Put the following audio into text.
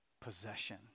possession